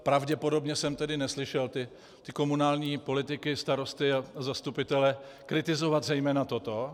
Pravděpodobně jsem tedy neslyšel ty komunální politiky, starosty a zastupitele kritizovat zejména toto.